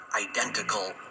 identical